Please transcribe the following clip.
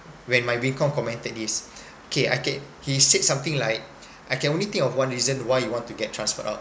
when my wing com commented this K I can~ he said something like I can only think of one reason why you want to get transferred out